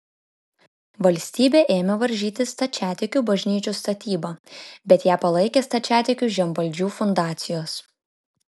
valstybė ėmė varžyti stačiatikių bažnyčių statybą bet ją palaikė stačiatikių žemvaldžių fundacijos